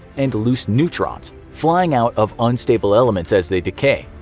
and loose neutrons, fly out of unstable elements as they decay.